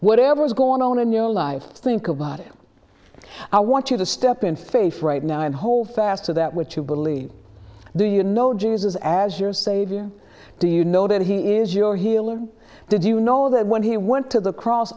whatever is going on in your life think about it i want you to step in face right now and hold fast to that which you believe do you know jesus as your savior do you know that he is your healer did you know that when he went to the cross